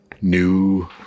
new